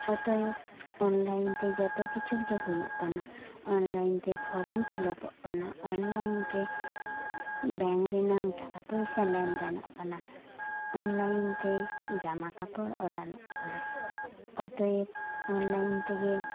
ᱚᱛᱚᱭᱮᱵ online ᱛᱮ ᱡᱚᱛᱚ ᱠᱤᱪᱷᱩᱨᱮᱜᱮ ᱦᱩᱭᱩᱜ ᱠᱟᱱᱟ ᱚᱱᱞᱟᱭᱤᱱᱛᱮ ᱯᱷᱚᱨᱚᱢ ᱯᱷᱤᱞᱟᱯᱚᱜ ᱠᱟᱱᱟ ᱚᱱᱞᱟᱭᱤᱱ ᱛᱮ ᱵᱮᱝ ᱨᱮᱱᱟᱝ ᱴᱟᱠᱟ ᱯᱚᱭᱥᱟ ᱞᱮᱱᱫᱮᱱᱚᱜ ᱠᱟᱱᱟ ᱚᱱᱞᱟᱭᱤᱱᱛᱮ ᱡᱟᱢᱟ ᱠᱟᱯᱚᱲ ᱚᱰᱟᱨᱚᱜ ᱠᱟᱱᱟ ᱚᱛᱚᱭᱮᱵ ᱚᱱᱞᱟᱭᱤᱱᱛᱮᱜᱮ